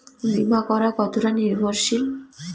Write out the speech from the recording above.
বীমা করা কতোটা নির্ভরশীল?